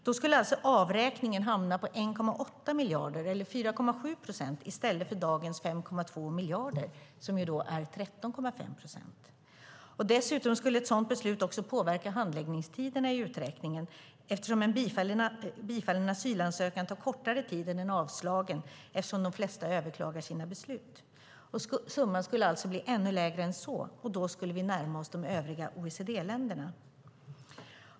Då skulle alltså avräkningen hamna på 1,8 miljarder, eller 4,7 procent, i stället för dagens 5,2 miljarder, som är 13,5 procent. Dessutom skulle ett sådant beslut påverka handläggningstiderna i uträkningen. En bifallen asylansökan tar kortare tid att handlägga än en avslagen eftersom de flesta överklagar sina beslut. Summan skulle alltså bli ännu lägre än så, och då skulle vi närma oss de övriga OECD-länderna.